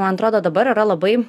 man atrodo dabar yra labai